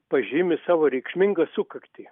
pažymi savo reikšmingą sukaktį